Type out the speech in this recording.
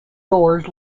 doors